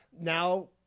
now